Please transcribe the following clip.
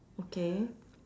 okay